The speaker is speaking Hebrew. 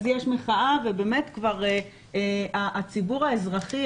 יש מחאה ובאמת כבר הציבור האזרחי,